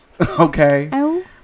Okay